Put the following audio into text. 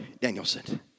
Danielson